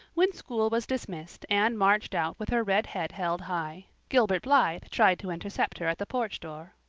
when school was dismissed anne marched out with her red head held high. gilbert blythe tried to intercept her at the porch door.